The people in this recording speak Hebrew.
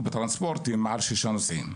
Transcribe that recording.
ובטרנספורטר מעל ששה נוסעים,